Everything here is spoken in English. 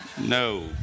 No